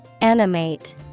Animate